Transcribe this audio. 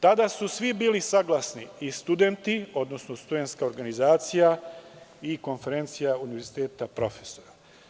Tada su svi bili saglasni, i studenti, odnosno Studentska organizacija i Konferencija univerziteta profesora.